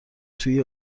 توی